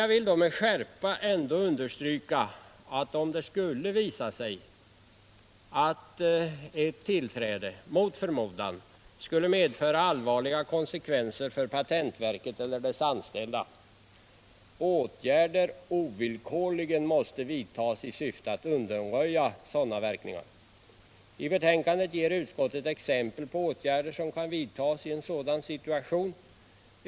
Jag vill dock med skärpa understryka att om det skulle visa sig att ett tillträde — mot förmodan — skulle medföra allvarliga konsekvenser för patentverket eller dess anställda, åtgärder ovillkorligen måste vidtas i syfte att undanröja sådana verkningar. I betänkandet ger utskottet exempel på åtgärder som kan vidtas i en sådan situation.